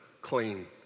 clean